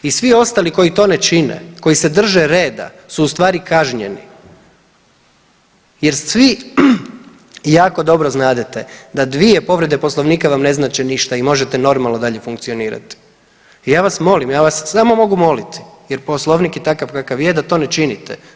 I svi ostali koji to ne čine, koji se drže reda su ustvari kažnjeni jer svi jako dobro znadete da 2 povrede Poslovnika vam ne znače ništa i možete normalno dalje funkcionirati i ja vas molim, ja vas samo mogu moliti jer Poslovnik je takav kakav je, da to ne činite.